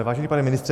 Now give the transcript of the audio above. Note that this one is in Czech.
Vážený pane ministře.